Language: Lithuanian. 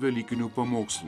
velykinių pamokslų